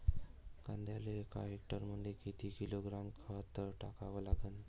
कांद्याले एका हेक्टरमंदी किती किलोग्रॅम खत टाकावं लागन?